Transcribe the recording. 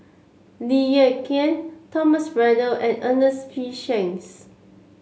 Lee Ek Tieng Thomas Braddell and Ernest P Shanks